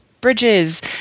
bridges